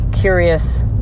curious